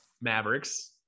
Mavericks